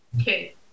Okay